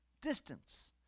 distance